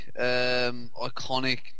iconic